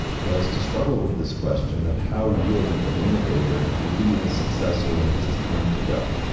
was to struggle with this question of how would an innovator leave a successor when it's his time to go?